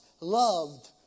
loved